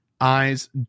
eyes